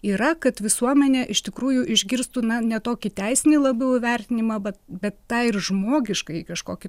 yra kad visuomenė iš tikrųjų išgirstų na ne tokį teisinį labiau įvertinimą bet bet tą ir žmogiškąjį kažkokį